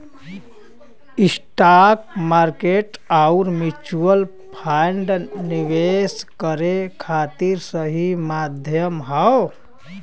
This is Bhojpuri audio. स्टॉक मार्केट आउर म्यूच्यूअल फण्ड निवेश करे खातिर सही माध्यम हौ